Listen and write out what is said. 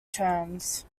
terms